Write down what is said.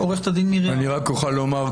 אני רק אוכל לומר,